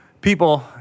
People